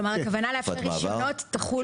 תקופת מעבר.